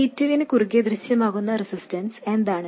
C2 നു കുറുകേ ദൃശ്യമാകുന്ന റെസിസ്റ്റൻസ് എന്താണ്